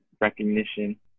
recognition